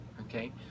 okay